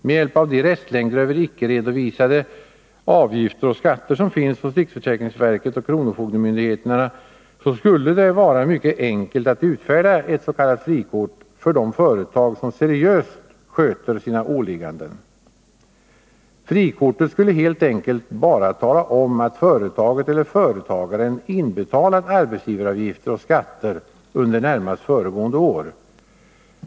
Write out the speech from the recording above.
Med hjälp av de restlängder över icke redovisade avgifter och skatter som finns hos riksförsäkringsverket och kronofogdemyndigheterna skulle det vara mycket enkelt att utfärda ett s.k. frikort för de företag som seriöst sköter sina åligganden. Frikortet skulle helt enkelt bara tala om att företaget eller företagaren inbetalat arbetsgivaravgifter och skatter under närmast föregående år.